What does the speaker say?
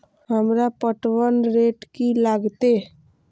हमरा पटवन रेट की लागते?